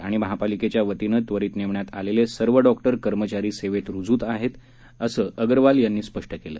आणि महापालिकेच्या वतीनं त्वरीत नेमण्यात आलेले सर्व डॉक्टर कर्मचारी सेवेत रुजू आहेत असं अग्रवाल यांनी स्पष्ट केलं